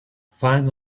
find